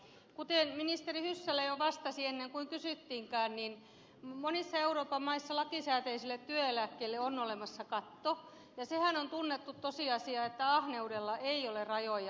kuten ministeri hyssälä jo vastasi ennen kuin kysyttiinkään monissa euroopan maissa lakisääteiselle työeläkkeelle on olemassa katto ja sehän on tunnettu tosiasia että ahneudella ei ole rajoja